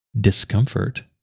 discomfort